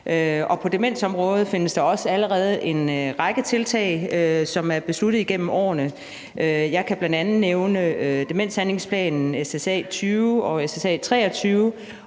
på demensområdet findes der også allerede en række tiltag, som er besluttet igennem årene. Jeg kan bl.a. nævne demenshandlingsplanen, SSA20 og SSA23,